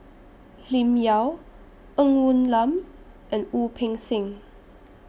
Lim Yau Ng Woon Lam and Wu Peng Seng